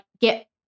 get